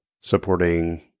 supporting